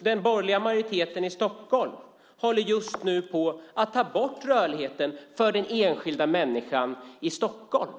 Den borgerliga majoriteten i Stockholm håller just nu på att ta bort rörligheten för den enskilda människan i Stockholm.